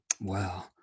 Wow